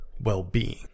well-being